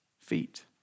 feet